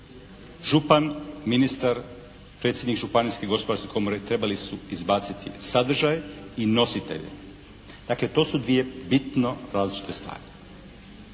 Župan, ministar, predsjednik Županijske gospodarske komore trebali su izbaciti sadržaj i nositelje. Dakle, to su dvije bitno različite stvari,